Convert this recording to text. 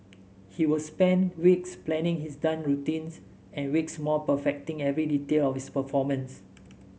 he would spend weeks planning his dance routines and weeks more perfecting every detail of his performances